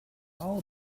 all